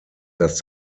dass